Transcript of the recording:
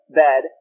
bed